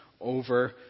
over